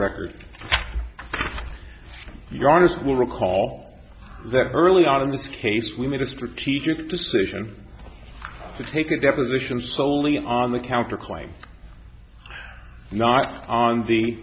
record your honour's will recall that early on in this case we made a strategic decision to take a deposition soley on the counter claim not on the